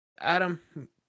Adam